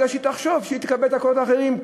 כי היא תחשוב שתקבל את הקולות האחרים.